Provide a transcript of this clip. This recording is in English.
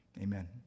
Amen